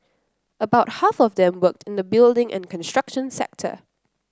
about half of them worked in the building and construction sector